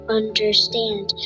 understand